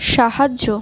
সাহায্য